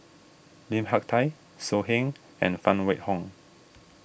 Lim Hak Tai So Heng and Phan Wait Hong